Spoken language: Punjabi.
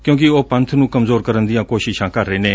ਕਿਉਂਕਿ ਉਹ ਪੰਬ ਨੰ ਕਮਜੋਰ ਕਰਨ ਦੀ ਕੋਸ਼ਿਸ਼ ਕਰ ਰਹੇ ਨੇ